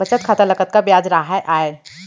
बचत खाता ल कतका ब्याज राहय आय?